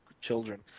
children